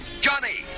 Johnny